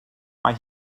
mae